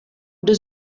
does